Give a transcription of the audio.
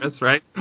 right